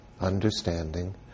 understanding